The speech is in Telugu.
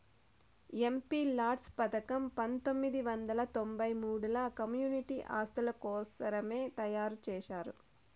ఎంపీలాడ్స్ పథకం పంతొమ్మిది వందల తొంబై మూడుల కమ్యూనిటీ ఆస్తుల కోసరమే తయారు చేశారు